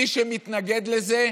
מי שמתנגד לזה,